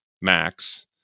Max